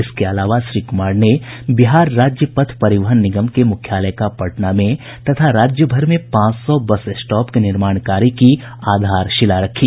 इसके अलावा श्री कुमार ने बिहार राज्य पथ परिवहन निगम के मुख्यालय का पटना में तथा राज्यभर में पांच सौ बस स्टॉप के निर्माण कार्य की आधारशिला रखी